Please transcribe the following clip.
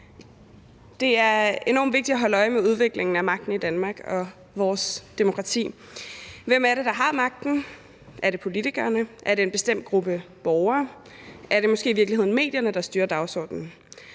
Det er enormt vigtigt at holde øje med udviklingen af magten i Danmark og vores demokrati. Hvem er det, der har magten? Er det politikerne? Er det en bestemt gruppe borgere? Er det måske i virkeligheden medierne, der styrer dagsordenen?